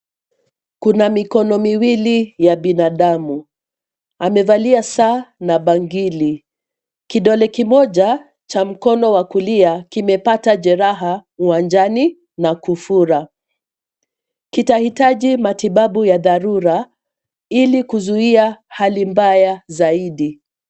Kuna mikono miwili ya binadamu, amevalia saa na bangili, kidole kimoja, cha mkono wa kulia kimepata jeraha uwanjani na kufura, kitahitaji matibabu ya dharura, ilikuzuia hali mbaya zaidi.